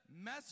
mess